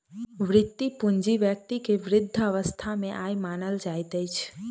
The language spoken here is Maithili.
वृति पूंजी व्यक्ति के वृद्ध अवस्था के आय मानल जाइत अछि